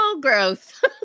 growth